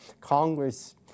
Congress